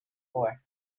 war